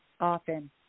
often